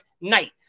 night